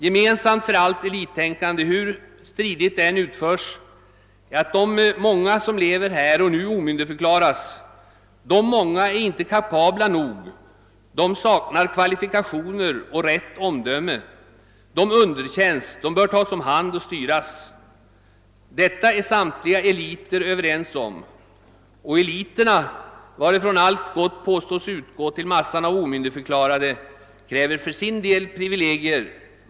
Gemensamt för allt elittänkande, hur stridigt det än utförs, är att de många som lever här och nu omyndigförklaras — de många är ej kapabla nog, de saknar kvalifikationer och rätt omdöme, de underkänns, de bör tas om hand och styras. Detta är samtliga eliter överens om. Och eliterna, varifrån allt gott påstås utgå till massan av omyndigförklarade, kräver för sin del privilegier.